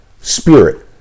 Spirit